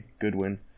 Goodwin